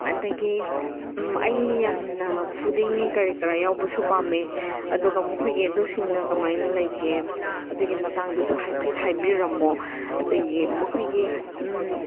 ꯑꯗꯒꯤ ꯑꯩ ꯌꯥꯝꯅ ꯐꯨꯗꯤꯡ ꯀꯔꯤ ꯀꯔꯥ ꯌꯥꯎꯕꯁꯨ ꯄꯥꯝꯃꯦ ꯑꯗꯨꯒ ꯃꯈꯣꯏꯒꯤ ꯑꯗꯨꯁꯤꯡꯅ ꯀꯃꯥꯏꯅ ꯂꯩꯒꯦ ꯑꯗꯨꯒꯤ ꯃꯇꯥꯡꯗꯁꯨ ꯍꯥꯏꯐꯦꯠ ꯍꯥꯏꯕꯤꯔꯝꯃꯣ ꯑꯗꯒꯤ ꯃꯈꯣꯏꯒꯤ